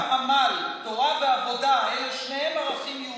גם עבודת כפיים זה ערך יהודי.